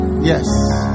Yes